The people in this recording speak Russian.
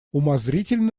умозрительно